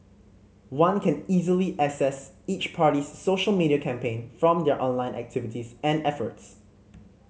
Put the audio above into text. one can easily assess each party's social media campaign from their online activities and efforts